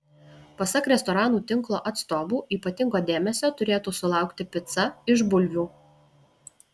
pasak restoranų tinklo atstovų ypatingo dėmesio turėtų sulaukti pica iš bulvių